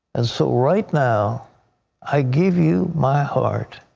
and so right now i give you my heart.